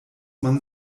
man